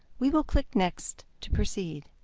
we will click next to proceed.